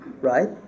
right